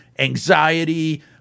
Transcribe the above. Anxiety